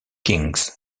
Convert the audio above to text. kings